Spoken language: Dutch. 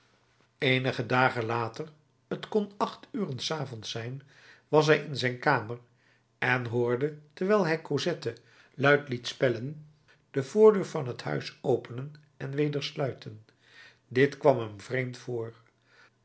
eenige dagen later t kon acht uren s avonds zijn was hij in zijn kamer en hoorde terwijl hij cosette luid liet spellen de voordeur van het huis openen en weder sluiten dit kwam hem vreemd voor